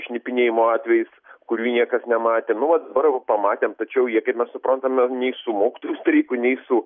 šnipinėjimo atvejais kurių niekas nematė nu vat dabar jau pamatėm tačiau jie kaip mes suprantame nei su mokytojų streiku nei su